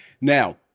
Now